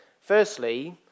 Firstly